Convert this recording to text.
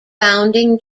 founding